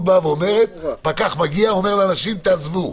היא אומרת: הפקח אומר לאנשים: תעזבו.